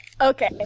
Okay